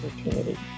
opportunity